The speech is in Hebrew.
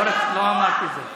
לא אמרתי את זה.